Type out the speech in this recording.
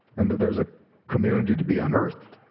and that there's a community to be unearthed.